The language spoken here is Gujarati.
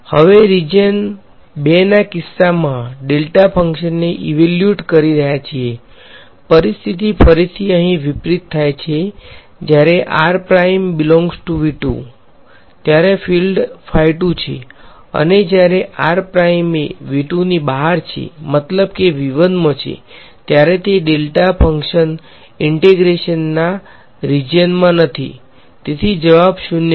હવે રીજીયન ૨ ના કિસ્સામાં ડેલ્ટા ફંક્શનને ઈવેલ્યુએટ કરી રહ્યા છીએ પરિસ્થિતિ ફરીથી અહીં વિપરીત થાય છે જ્યારે r પ્રાઇમ બીલોન્ગ ટુ ત્યારે ફીલ્ડ છે અને જ્યારે એ ની બહાર છે મતલબ કે મા છે ત્યારે તે ડેલ્ટા ફંક્શન ઈંટેગ્રેશનના રીજીયન મા નથી તેથી જવાબ 0 છે